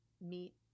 meet